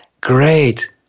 Great